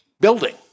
building